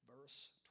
verse